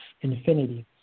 infinity